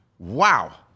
Wow